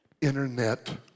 internet